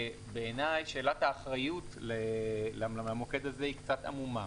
בעיניי, שאלת האחריות למוקד הזה היא קצת עמומה.